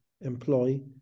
employ